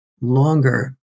longer